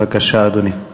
בבקשה, אדוני.